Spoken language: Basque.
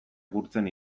gurtzen